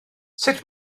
sut